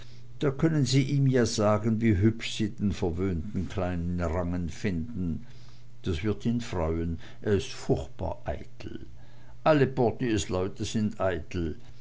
da können sie ihm ja sagen wie hübsch sie die verwöhnte kleine range finden das wird ihn freuen er ist furchtbar eitel alle portiersleute sind eitel